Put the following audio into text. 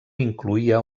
incloïa